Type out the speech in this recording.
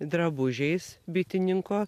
drabužiais bitininko